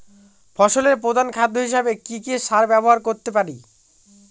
ফসলের প্রধান খাদ্য হিসেবে কি কি সার ব্যবহার করতে পারি?